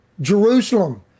Jerusalem